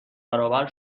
برابر